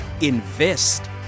invest